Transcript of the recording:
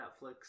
Netflix